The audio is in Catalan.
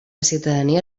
ciutadania